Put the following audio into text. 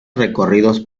recorridos